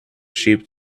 sheep